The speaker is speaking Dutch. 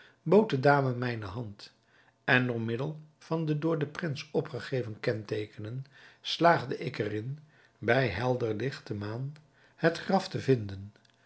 de dame mijne hand en door middel van de door den prins opgegeven kenteekenen slaagde ik er in bij helder lichte maan het graf te vinden